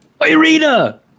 Irina